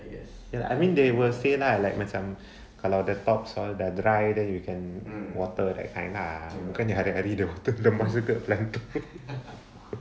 ya I mean they will say lah like macam kalau the top all the dry then you can water that kind lah bukannya hari-hari dia water the plant